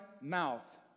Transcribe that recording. mouth